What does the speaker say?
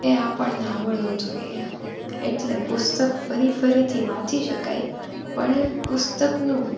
એ આપણને આવડવું જોઈએ એટલે પુસ્તક ફરી ફરીથી વાંચી શકાય પણ એ પુસ્તકનું